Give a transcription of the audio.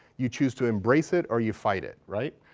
you choose to embrace it or you fight it, right.